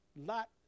Lot